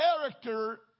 character